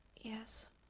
Yes